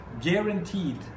guaranteed